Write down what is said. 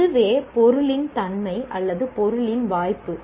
அதுவே பொருளின் தன்மை அல்லது பொருளின் வாய்ப்பு